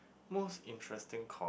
most interesting course